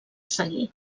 seguir